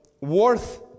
worth